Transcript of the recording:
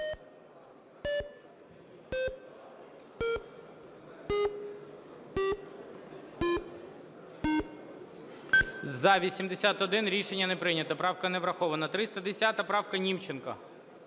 За-81 Рішення не прийнято, правка не врахована. 310 правка, Німченко